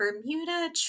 Bermuda